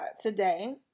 today